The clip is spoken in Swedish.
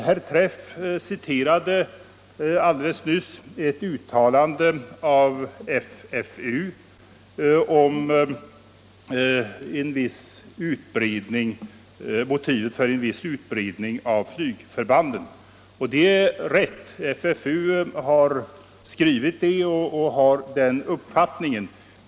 Herr Träff citerade nyss ett uttalande av FFU om motiv för en viss utbredning av flygförbanden, och det är riktigt att FFU har skrivit så och har den uppfattningen.